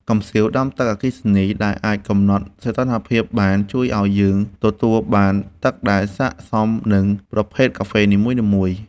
កំសៀវដាំទឹកអគ្គិសនីដែលអាចកំណត់សីតុណ្ហភាពបាន ជួយឱ្យយើងទទួលបានទឹកដែលស័ក្តិសមនឹងប្រភេទកាហ្វេនីមួយៗ។